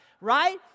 right